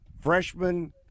freshman